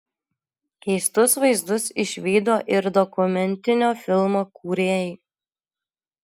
keistus vaizdus išvydo ir dokumentinio filmo kūrėjai